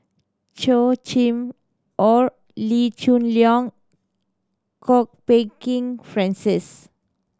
chaw Chim Or Lee choon Leong Kwok Peng Kin Francis